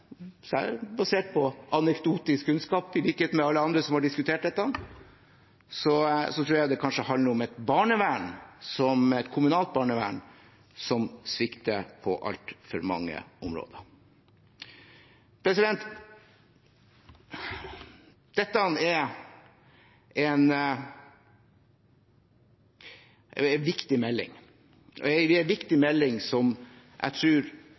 Basert på anekdotisk kunnskap, i likhet med alle andre som har diskutert dette, tror jeg det kanskje handler om et kommunalt barnevern som svikter på altfor mange områder. Dette er en viktig melding som jeg tror i